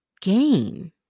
game